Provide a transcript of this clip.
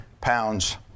pounds